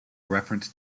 reference